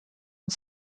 und